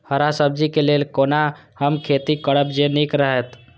हरा सब्जी के लेल कोना हम खेती करब जे नीक रहैत?